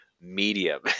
medium